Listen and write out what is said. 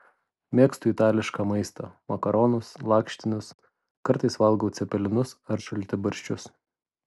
mėgstu itališką maistą makaronus lakštinius kartais valgau cepelinus ar šaltibarščius